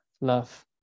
love